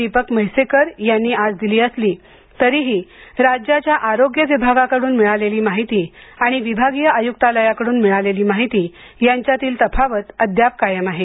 दीपक म्हैसेकर यांनी आज दिली असली तरीही राज्याच्या आरोग्य विभागाकडून मिळालेली माहिती आणि विभागीय आयुक्तालयाकडून मिळालेली माहिती यांच्यातील तफावत अद्याप कायम आहे